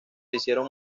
hicieron